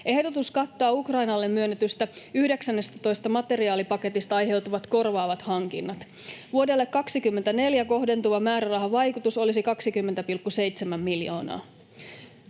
Ehdotus kattaa Ukrainalle myönnetystä 19. materiaalipaketista aiheutuvat korvaavat hankinnat. Vuodelle 24 kohdentuva määrärahavaikutus olisi 20,7 miljoonaa.